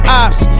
ops